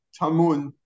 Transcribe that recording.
tamun